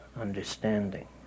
understanding